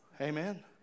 Amen